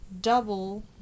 double